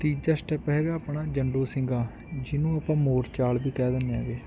ਤੀਜਾ ਸਟੈਪ ਹੈਗਾ ਆਪਣਾ ਜੰਡੂ ਸਿੰਘਾ ਜਿਹਨੂੰ ਆਪਾਂ ਮੋਰਚਾਲ ਵੀ ਕਹਿ ਦਿੰਦੇ ਹੈਗੇ